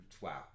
Wow